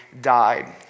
died